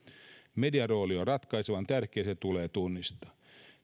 median rooli on ratkaisevan tärkeä se tulee tunnistaa